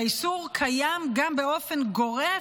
והאיסור קיים גם באופן גורף,